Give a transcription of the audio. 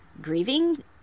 grieving